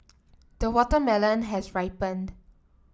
the watermelon has ripened